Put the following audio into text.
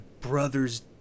brother's